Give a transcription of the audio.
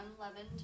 unleavened